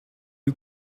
you